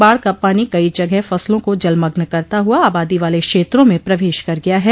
बाढ़ का पानी कई जगह फसलों को जलमग्न करता हुआ आबादी वाले क्षेत्रों में प्रवेश कर गया है